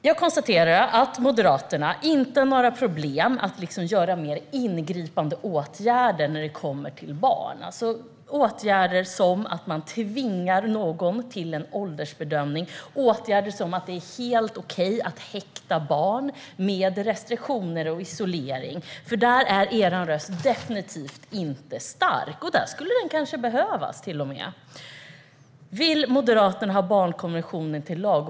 Jag konstaterar att Moderaterna inte har några problem med att vidta mer ingripande åtgärder mot barn, som att tvinga någon till en åldersbedömning. Ni tycker att det är helt okej att häkta barn med restriktioner och isolering. Där är er röst definitivt inte stark, men där skulle den kanske till och med behövas. Vill Moderaterna ha barnkonventionen som lag?